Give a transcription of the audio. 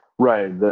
Right